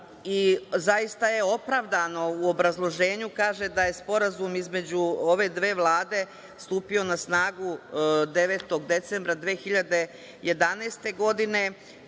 i zaista je opravdano, u obrazloženju kaže da je sporazum između ove dve Vlade stupio na snagu 9. decembra 2011. godine,